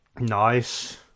Nice